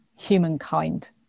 Humankind